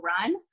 run